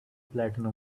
platinum